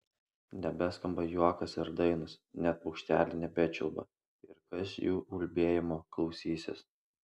nebeskamba juokas ir dainos net paukšteliai nebečiulba ir kas jų ulbėjimo klausysis